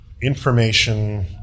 information